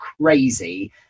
crazy